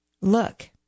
look